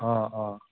অ' অ'